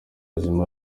ubuzima